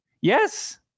yes